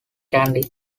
candy